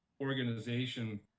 organization